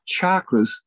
chakras